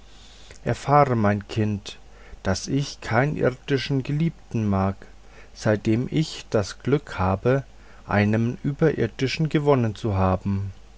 erfahre mein kind daß ich keinen irdischen geliebten mag seitdem ich das glück habe einen überirdischen gewonnen zu haben